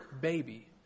baby